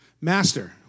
Master